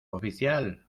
oficial